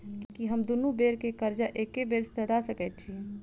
की हम दुनू बेर केँ कर्जा एके बेर सधा सकैत छी?